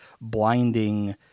blinding